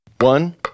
One